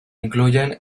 incluyen